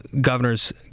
governor's